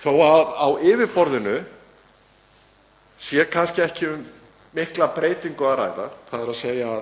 Þó að á yfirborðinu sé kannski ekki um mikla breytingu að ræða, þ.e.